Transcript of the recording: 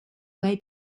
way